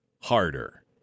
harder